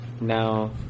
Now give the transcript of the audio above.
Now